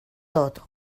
tot